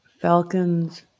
Falcons